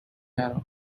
are